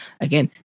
again